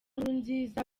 nkurunziza